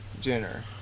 Jenner